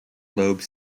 lobe